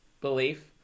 belief